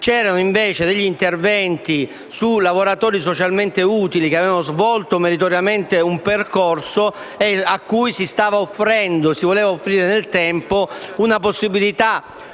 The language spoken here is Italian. c'erano invece degli interventi su lavoratori socialmente utili che avevano svolto meritoriamente un percorso e a cui si voleva offrire nel tempo la possibilità